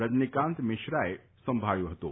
રજનીકાંત મિશ્રાએ સંભાળ્યું હતું